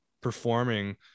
performing